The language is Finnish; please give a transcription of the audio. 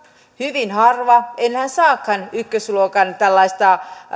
hyvin harva enää saakaan ykkösluokan